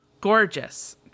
Gorgeous